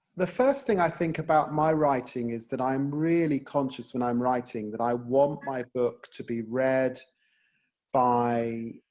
the first thing i think about my writing, is that i am really conscious, when i'm writing, that i want my book to be read by,